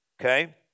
okay